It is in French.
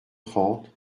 trente